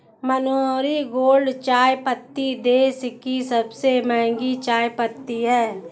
मनोहारी gold चायपत्ती देश की सबसे महंगी चायपत्ती है